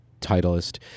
Titleist